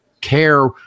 care